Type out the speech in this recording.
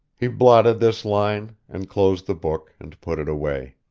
he blotted this line, and closed the book, and put it away.